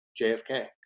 jfk